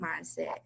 mindset